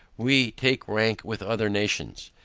we take rank with other nations.